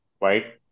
Right